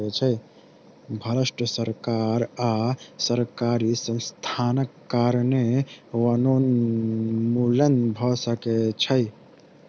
भ्रष्ट सरकार आ सरकारी संस्थानक कारणें वनोन्मूलन भ सकै छै